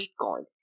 Bitcoin